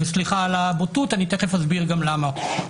סליחה על הבוטות, אני תיכף אסביר גם למה.